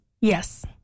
Yes